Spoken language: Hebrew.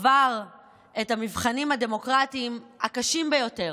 עבר את המבחנים הדמוקרטיים הקשים ביותר,